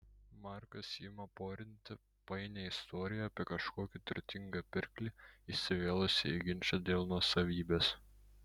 markas ima porinti painią istoriją apie kažkokį turtingą pirklį įsivėlusį į ginčą dėl nuosavybės